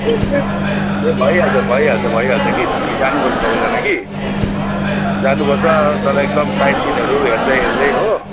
ए भइहाल्छ भइहाल्छ भइहाल्छ कि त हामी जानुपर्छ सबैजना कि अँ जानुपर्छ तर एकदम साइटसिनहरू हेर्दै हेर्दै हो